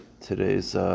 today's